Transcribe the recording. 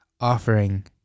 offering